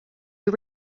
you